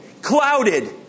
clouded